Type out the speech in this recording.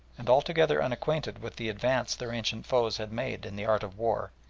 and altogether unacquainted with the advance their ancient foes had made in the art of war,